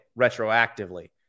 retroactively